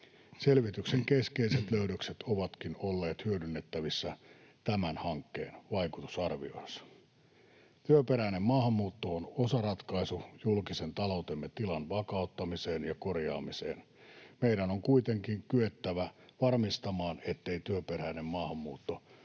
Selvityksen keskeiset löydökset ovatkin olleet hyödynnettävissä tämän hankkeen vaikutusarviossa. Työperäinen maahanmuutto on osaratkaisu julkisen taloutemme tilan vakauttamiseen ja korjaamiseen. Meidän on kuitenkin kyettävä varmistamaan, ettei työperäinen maahanmuutto